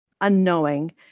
unknowing